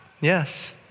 Yes